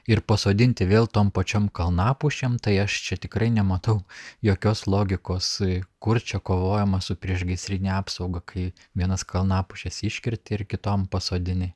ir pasodinti vėl tom pačiom kalnapušėm tai aš čia tikrai nematau jokios logikos kur čia kovojama su priešgaisrine apsauga kai vienas kalnapušes iškerti ir kitom pasodini